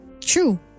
True